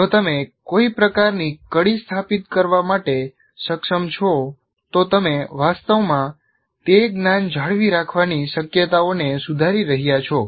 જો તમે કોઈ પ્રકારની કડી સ્થાપિત કરવા માટે સક્ષમ છો તો તમે વાસ્તવમાં તમે મગજની ભાષામાં કહી શકો છો તે જ્ઞાન જાળવી રાખવાની શક્યતાઓને સુધારી રહ્યા છો